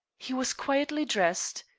he was quietly dressed.